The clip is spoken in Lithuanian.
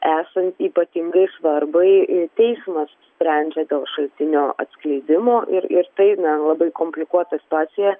esant ypatingai svarbai teismas sprendžia dėl šaltinio atskleidimo ir ir tai na labai komplikuota situacija